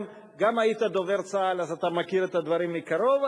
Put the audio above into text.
גם היית דובר צה"ל ואתה מכיר את הדברים מקרוב.